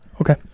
Okay